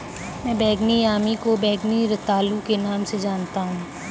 मैं बैंगनी यामी को बैंगनी रतालू के नाम से जानता हूं